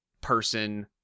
person